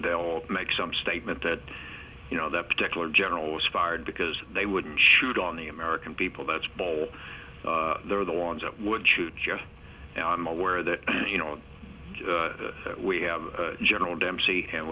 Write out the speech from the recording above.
they all make some statement that you know that particular general was fired because they wouldn't shoot on the american people that's all they're the ones that would shoot just now i'm aware that you know we have general dempsey and